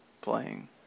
playing